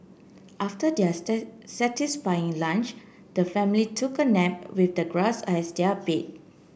after their satisfying lunch the family took a nap with the grass as their bed